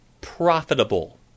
profitable